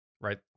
right